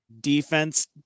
defense